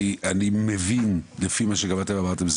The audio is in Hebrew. אני מבין לפי מה שגם אתם אמרתם,